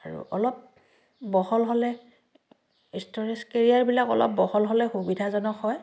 আৰু অলপ বহল হ'লে ষ্ট'ৰেজ কেৰিয়াৰবিলাক অলপ বহল হ'লে সুবিধাজনক হয়